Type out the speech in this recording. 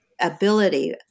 ability